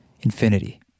infinity